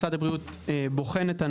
משרד הבריאות בוחן את הנושא,